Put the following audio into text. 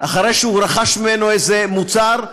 אחרי שהוא רכש ממנו איזה מוצר,